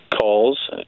calls